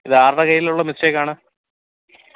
ഇത് ആരുടെ കയ്യിലുള്ള മിസ്റ്റേക്ക് ആണ്